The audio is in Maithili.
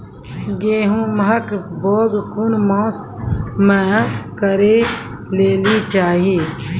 गेहूँमक बौग कून मांस मअ करै लेली चाही?